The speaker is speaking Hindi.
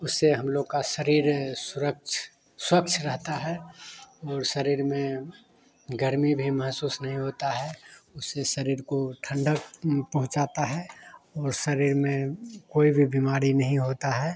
उससे हम लोग का शरीर सुरक्ष स्वच्छ रहता है और शरीर में गर्मी भी महसूस नहीं होती है उससे शरीर को ठंडक पहुँचती है और शरीर में कोई भी बिमारी नहीं होती है